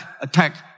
attack